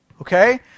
Okay